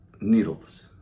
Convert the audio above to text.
needles